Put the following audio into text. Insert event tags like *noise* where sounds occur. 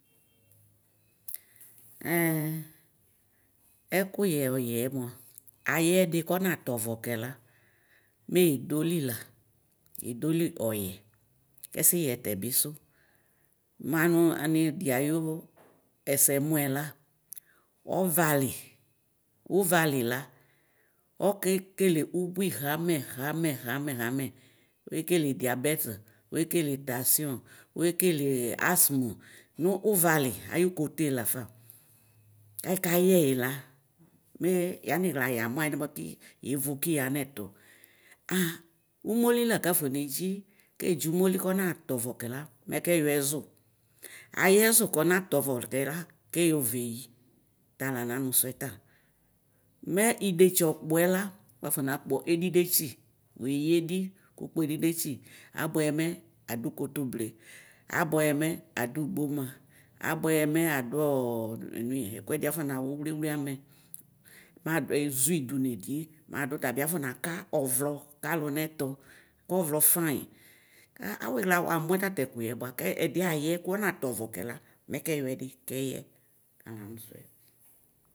Ɛkʋyɛ ɔyɛ mʋa ayɛfɩ kɔnatɛ ɔvɔ kɛla, mɛ yedoli la yedoli, ɔyɛ kesiyɛ tɛɛ, bisʋ mʋ anidi ayʋ ɛsɛmɩɛ la ɔvali ʋvali la ɔkekele ɔbui xamɛ, xamɛ, xamɛ, oekele, diabet, oekele tasiɔ, asm nʋ walɩ, ayʋ, kote, lafa, ɛkayɛyi la mɛ yamixla, yamʋ, alɛbakɩ yevo kuya nɛtu aa, omoli lakafɔnɛdzi kedzi ʋmoli kɔnatɛ, ɔvɔ kela mɛkɛ yɔ ɛzo ayɛ ɛzo kɔnatɛ, ɔvɔ kela kɛyɛ veyi tala nanʋsʋe ta mɛ idetsi ɔkpɔla ɔfɔla nakpɔ edidetsi abʋɛyɛ mɛ adʋ ɔ wotoble asuɛyɛ mɛ adʋ gboma abʋɛyɛ mɛ adʋ *hesitation* ɛkʋɛdɩ afɔnawʋ ʋlɩwlɩ amɛ ba ezoɛ dunɩ edue dʋ ɔtabi afɔ naka ɔvlɔ kalʋ nɛtʋ akɔvlɔ famy kawixla wamʋ tatɛkʋɛ bʋakɛdɩɛ ayɛ kɔna tɔvɔ kɛla mɛkɛyɔ ɛdɩ kɛyɛ tala nanʋsʋɛ.